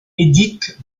édith